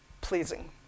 pleasing